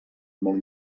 molt